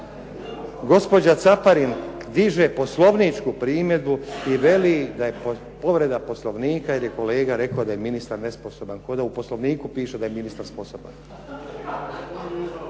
Gospođa Caparin diže poslovničku primjedbu i veli da je povreda Poslovnika jer je kolega rekao da je ministar nesposoban. Kao da u Poslovniku piše da je ministar sposoban.